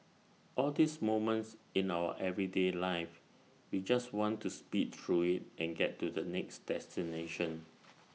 all these moments in our everyday life we just want to speed through IT and get to the next destination